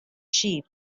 sheep